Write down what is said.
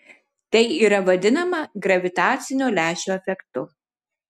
tai yra vadinama gravitacinio lęšio efektu